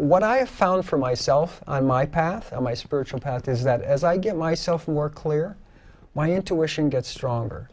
what i have found for myself on my path and my spiritual path is that as i get myself more clear my intuition gets stronger